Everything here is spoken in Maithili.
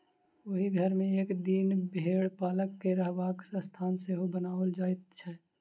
ओहि घर मे एक दिस भेंड़ पालक के रहबाक स्थान सेहो बनाओल जाइत छै